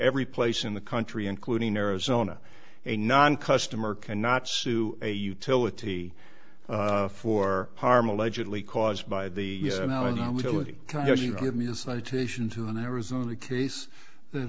every place in the country including arizona a non customer cannot sue a utility for harm allegedly caused by the willing give me a citation to an arizona case th